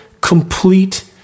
complete